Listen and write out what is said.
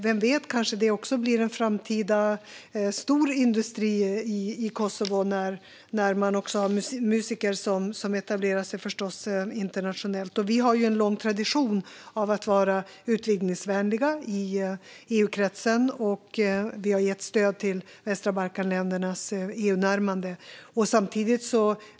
Vem vet, när man nu har musiker som etablerar sig internationellt kanske detta också blir en framtida stor industri i Kosovo. Vi har också en lång tradition i EU-kretsen av att vara utvidgningsvänliga, och vi har gett stöd till länderna på västra Balkan i deras EU-närmande.